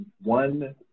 one